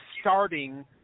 starting